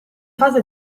fase